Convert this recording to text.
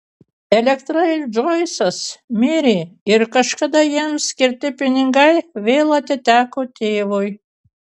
elektra ir džoisas mirė ir kažkada jiems skirti pinigai vėl atiteko tėvui